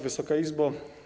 Wysoka Izbo!